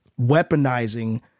weaponizing—